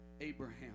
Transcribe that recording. Abraham